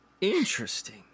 interesting